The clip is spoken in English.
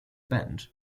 band